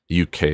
UK